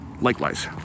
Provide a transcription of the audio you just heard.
likewise